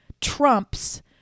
trumps